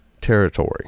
territory